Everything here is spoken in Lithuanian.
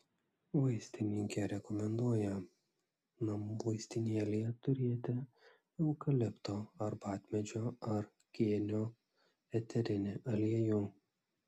vaistininkė rekomenduoja namų vaistinėlėje turėti eukalipto arbatmedžio ar kėnio eterinį aliejų